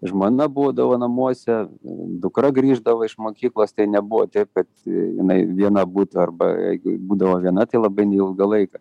žmona būdavo namuose dukra grįždavo iš mokyklos tai nebuvo taip kad jinai viena būtų arba jeigu būdavo viena tai labai neilgą laiką